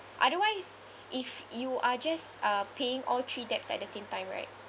otherwise if you are just uh paying all three debts at the same time right